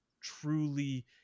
truly